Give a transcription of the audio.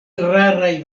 raraj